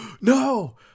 no